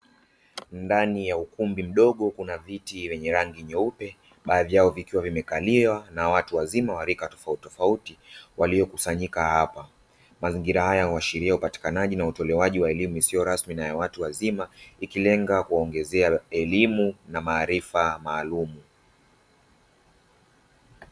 Ndani ya ukumbi mdogo kuna viti vyenye rangi nyeupe, baadhi yao vikiwa vimekaliwa na watu wazima wa rika tofautitofauti walio kusanyika hapa. Mazingira haya huashiria upatikanaji na utolewaji wa elimu isiyo rasmi na ya watu wazima, ikilenga kuwaongezea elimu na maarifa maalumu.